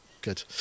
good